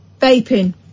Vaping